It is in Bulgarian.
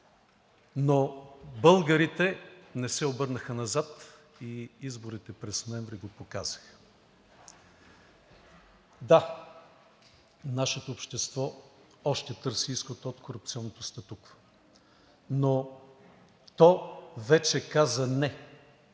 Но българите не се обърнаха назад и изборите през ноември го показаха. Да, нашето общество още търси изход от корупционното статукво, но то вече каза „не“